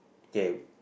okay